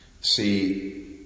see